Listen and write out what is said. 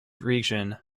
region